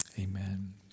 Amen